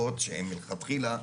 פה בהחלט גמישות,